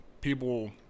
people